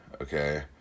okay